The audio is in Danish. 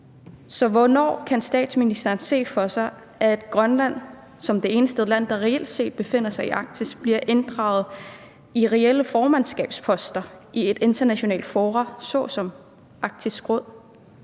Så hvornår kan statsministeren se for sig, at Grønland som det eneste land, der reelt set befinder sig i Arktis, bliver indsat på reelle formandskabsposter i et internationalt forum såsom Arktisk Råd?